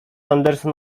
anderson